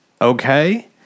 okay